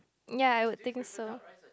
ya I would think so